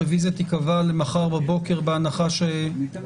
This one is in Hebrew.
הרביזיה תיקבע למחר בבוקר, תימסר